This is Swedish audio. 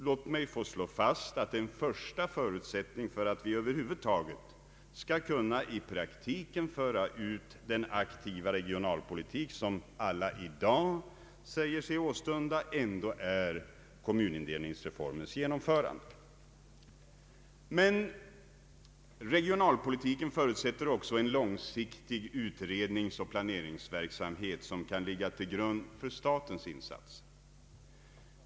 Låt mig få slå fast att en första förutsättning för att vi över huvud taget skall kunna i praktiken föra ut den aktiva regionalpolitik som alla i dag säger sig åstunda ändå är kommunindelningsreformens genomförande. Men regionalpolitiken förutsätter också en långsiktig utredningsoch planeringsverksamhet som kan ligga till grund för statens insatser.